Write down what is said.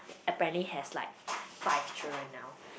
apparently has like five children now